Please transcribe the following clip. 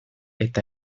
eta